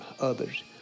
others